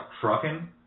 trucking